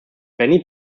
benny